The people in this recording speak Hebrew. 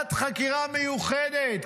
ועדת חקירה מיוחדת,